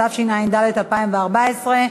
התשע"ד 2014,